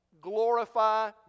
glorify